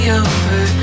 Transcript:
over